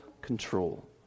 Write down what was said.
control